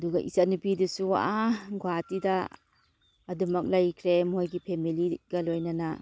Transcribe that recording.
ꯑꯗꯨꯒ ꯏꯆꯟ ꯅꯨꯄꯤꯗꯨꯁꯨ ꯑꯥ ꯒꯨꯍꯥꯇꯤꯗ ꯑꯗꯨꯃꯛ ꯂꯩꯈ꯭ꯔꯦ ꯃꯣꯏꯒꯤ ꯐꯦꯃꯂꯤꯒ ꯂꯣꯏꯅꯅ